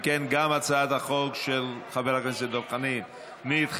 אם כן, גם הצעת החוק של חבר הכנסת דב חנין נדחתה.